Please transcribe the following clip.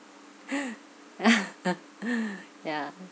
yeah